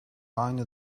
aynı